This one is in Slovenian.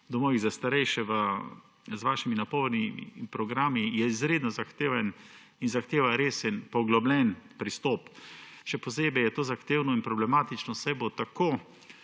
domovih za starejše z vašimi napori in programi je izredno zahtevna in zahteva res poglobljen pristop. Še posebej je to zahtevno in problematično, saj bo tako